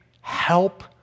help